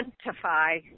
identify